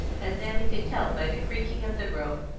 as annie could tell by the creaking of the rope,